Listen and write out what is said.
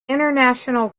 international